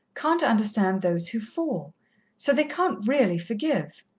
can't understand those who fall so they can't really forgive.